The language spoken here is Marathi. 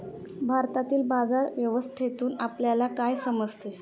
भारतातील बाजार व्यवस्थेतून आपल्याला काय समजते?